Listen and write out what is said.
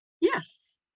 Yes